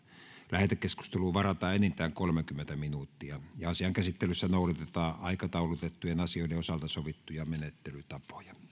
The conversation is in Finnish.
lähetekeskusteluun varataan enintään kolmekymmentä minuuttia asian käsittelyssä noudatetaan aikataulutettujen asioiden osalta sovittuja menettelytapoja